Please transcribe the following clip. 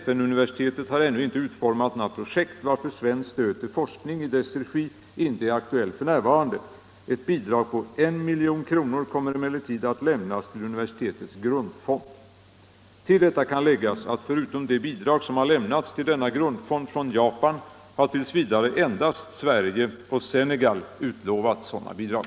FN-universitetet har ännu inte utformat några projekt, 13 varför svenskt stöd till forskning i dess regi inte är aktuellt f.n. Ett bidrag på 1 milj.kr. kommer emellertid att lämnas till universitetets grundfond.” Till detta kan läggas att förutom det bidrag som har lämnats till denna grundfond från Japan har t. v. endast Sverige och Senegal utlovat bidrag.